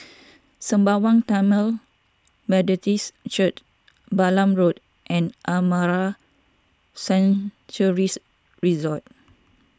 Sembawang Tamil Methodist Church Balam Road and Amara Sanctuaries Resort